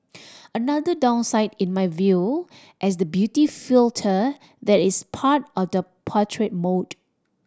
another downside in my view is the beauty filter that is part of the portrait mode